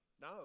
No